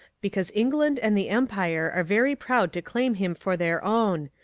because england and the empire are very proud to claim him for their own,